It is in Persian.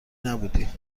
نبودی